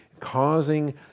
Causing